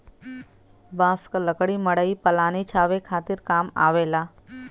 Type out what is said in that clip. बांस क लकड़ी मड़ई पलानी छावे खातिर काम आवेला